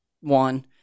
one